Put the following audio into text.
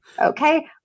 okay